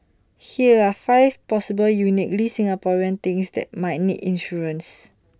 here are five possible uniquely Singaporean things that might need insurance